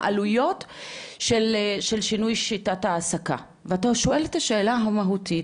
העלויות של שינוי שיטת העסקה ואתה שואל את השאלה המהותית,